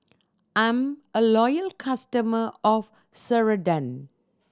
I'm a loyal customer of Ceradan